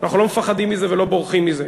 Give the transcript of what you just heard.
אנחנו לא מפחדים מזה ולא בורחים מזה,